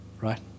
right